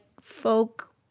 folk